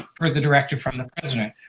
for the directive from the president.